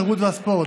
התרבות והספורט,